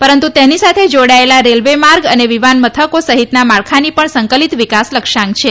પરંતુ તેની સાથે જાડાયેલા રેલવે માર્ગ અને વિમાન મથકો સહિતના માળખાની પણ સંકલિત વિકાસ લક્ષ્યાંક છે